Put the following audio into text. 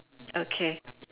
okay